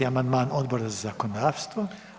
40. amandman Odbora za zakonodavstvo.